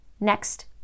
Next